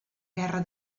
guerra